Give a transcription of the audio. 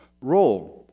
role